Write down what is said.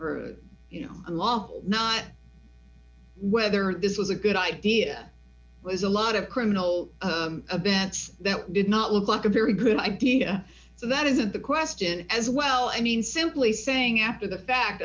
you know the law not whether this was a good idea was a lot of criminal bets that did not look like a very good idea so that isn't the question as well i mean simply saying after the fact